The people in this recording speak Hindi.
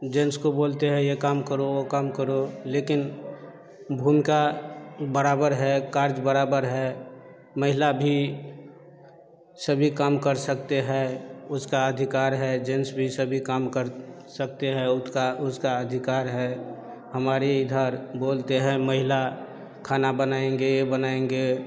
जेन्स को बोलते हैं ये काम करो वो काम करो लेकिन भूमिका बराबर है काज बराबर है महिला भी सभी काम कर सकते हैं उसका अधिकार है जेन्स भी सभी काम कर सकते हैं उतका उसका अधिकार है हमारे इधर बोलते हैं महिला खाना बनाएंगे ये बनाएंगे